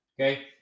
Okay